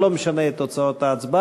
זה ודאי לא משנה את תוצאות ההצבעה.